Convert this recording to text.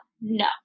No